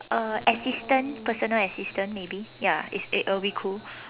uh assistant personal assistant maybe ya it's uh it'll bit cool